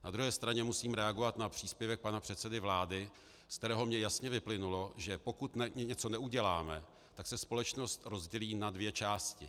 Na druhé straně musím reagovat na příspěvek pana předsedy vlády, ze kterého mi jasně vyplynulo, že pokud něco neuděláme, tak se společnost rozdělí na dvě části.